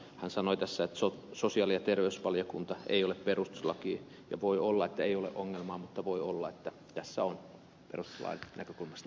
hän sanoi tässä että sosiaali ja terveysvaliokunta ei ole perustuslaki ja voi olla että ei ole ongelmaa mutta voi olla että tässä on perustuslain näkökulmasta ongelma